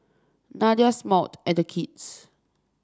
Nadia smiled at the kids